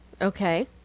Okay